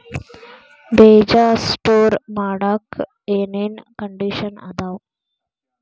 ಬೇಜ ಸ್ಟೋರ್ ಮಾಡಾಕ್ ಏನೇನ್ ಕಂಡಿಷನ್ ಅದಾವ?